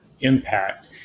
impact